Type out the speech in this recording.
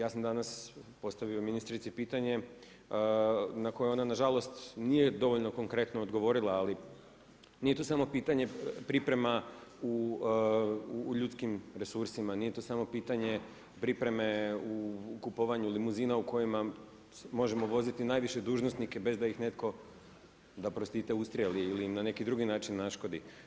Ja sam danas postavio ministrici pitanje na koje ona nažalost nije dovoljno konkretno odgovorila ali nije to samo pitanje priprema u ljudskim resursima, nije to samo pitanje pripreme u kupovanju limuzina u kojima možemo voziti najviše dužnosnike bez da ih netko da prostite, ustrijeli ili na neki drugi način naškodi.